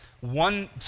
one